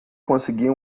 conseguir